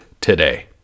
today